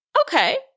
okay